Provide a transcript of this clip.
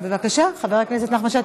בבקשה, חבר הכנסת נחמן שי.